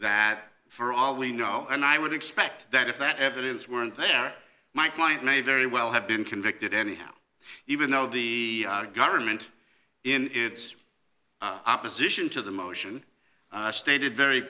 that for all we know and i would expect that if that evidence weren't there my client may very well have been convicted anyhow even though the government in its opposition to the motion stated very